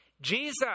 Jesus